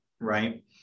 right